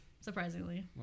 surprisingly